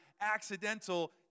accidental